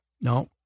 No